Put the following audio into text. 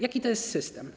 Jaki to jest system?